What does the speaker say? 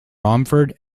romford